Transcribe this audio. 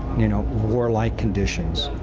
you know, war-like conditions,